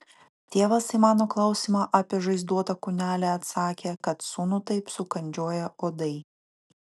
tėvas į mano klausimą apie žaizdotą kūnelį atsakė kad sūnų taip sukandžioję uodai